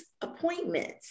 appointments